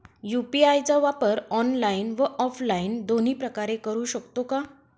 UPI चा वापर online व ऑफलाईन दोन्ही प्रकारे करु शकतो का?